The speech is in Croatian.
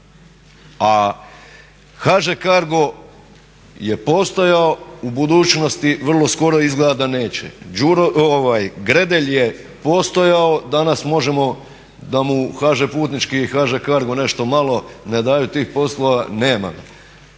A HŽ Cargo je postojao, u budućnosti vrlo skoroj izgleda da neće. Gredelj je postojao, danas možemo da mu HŽ putnički i HŽ Cargo nešto malo ne daju tih poslova nema